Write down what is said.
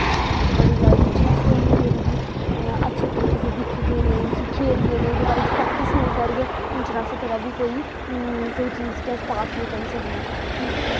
बड़ी जादा जिन्ना चिर अस कोई गेम गी अच्छे तरीके ने दिखगे नेंई उस्सी खेलगे नेईं ओह्दे बारे च प्रैक्टिस नेईं करगे उन्नै चिर अस कदैं बी कोई कोई चीज गी अस पास निं करी सकदे